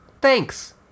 Thanks